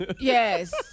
Yes